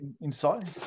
inside